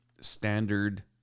standard